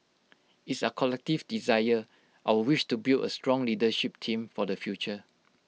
it's our collective desire our wish to build A strong leadership team for the future